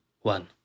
one